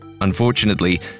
Unfortunately